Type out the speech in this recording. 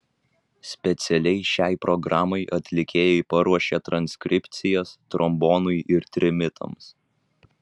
specialiai šiai programai atlikėjai paruošė transkripcijas trombonui ir trimitams